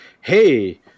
hey